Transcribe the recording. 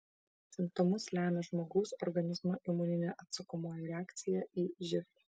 simptomus lemia žmogaus organizmo imuninė atsakomoji reakcija į živ